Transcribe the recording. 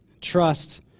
trust